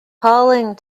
calling